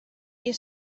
you